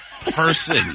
person